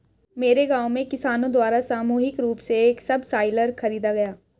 मेरे गांव में किसानो द्वारा सामूहिक रूप से एक सबसॉइलर खरीदा गया